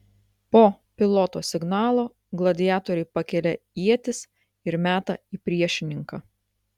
po piloto signalo gladiatoriai pakelia ietis ir meta į priešininką